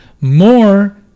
more